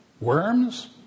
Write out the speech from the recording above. Worms